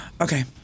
Okay